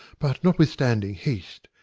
but, notwithstanding, haste,